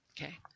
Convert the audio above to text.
Okay